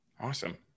awesome